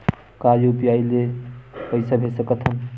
का यू.पी.आई ले पईसा भेज सकत हन?